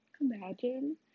Imagine